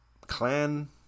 Clan